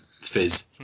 fizz